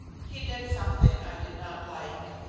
he did something i did not like.